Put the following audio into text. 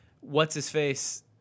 what's-his-face